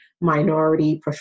minority